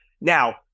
Now